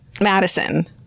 Madison